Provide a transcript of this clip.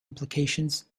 implications